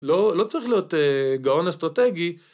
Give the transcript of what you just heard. לא צריך להיות גאון אסטרטגי.